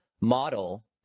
model